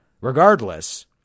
regardless